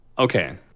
Okay